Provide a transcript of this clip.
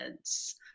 kids